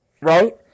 right